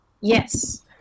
Yes